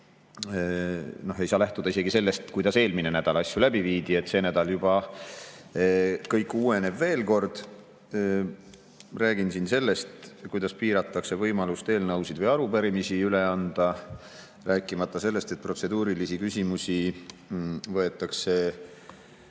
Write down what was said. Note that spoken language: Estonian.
Ei saa lähtuda isegi sellest, kuidas eelmine nädal asju läbi viidi, see nädal juba kõik uueneb. Ma räägin veel kord sellest, kuidas piiratakse võimalust eelnõusid või arupärimisi üle anda, rääkimata sellest, et protseduurilisi küsimusi kas